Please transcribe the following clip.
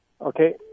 Okay